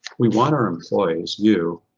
we want our employees, you,